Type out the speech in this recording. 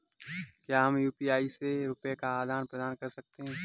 क्या हम यू.पी.आई से रुपये का आदान प्रदान कर सकते हैं?